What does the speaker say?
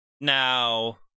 Now